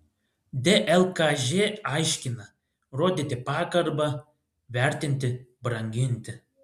dlkž aiškina rodyti pagarbą vertinti branginti